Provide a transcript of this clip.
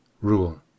Rule